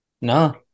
no